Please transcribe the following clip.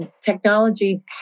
technology